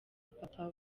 papa